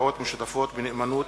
השקעות משותפות בנאמנות